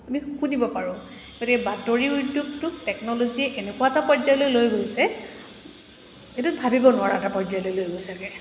আমি শুনিব পাৰোঁ গতিকে বাতৰি উদ্যোগটোক টেকনলজি এনেকুৱা এটা পৰ্যায়লৈ লৈ গৈছে এইটোত ভাবিব নোৱাৰা এটা পৰ্যায়লৈ লৈ গৈছেগৈ